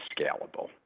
scalable